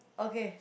okay